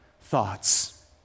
thoughts